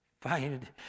find